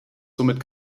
somit